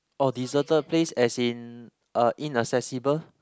oh deserted place as in uh inaccessible